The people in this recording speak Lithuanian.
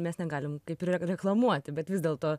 mes negalim kaip ir reklamuoti bet vis dėlto